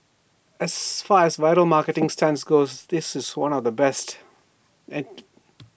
as far as viral marketing stunts goes this is one of the best